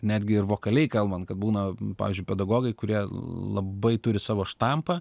netgi ir vokaliai kalbant kad būna pavyzdžiui pedagogai kurie labai turi savo štampą